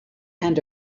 and